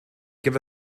give